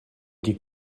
die